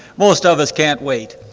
most ah of us can't wait.